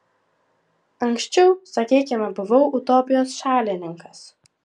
anksčiau sakykime buvau utopijos šalininkas